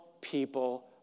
people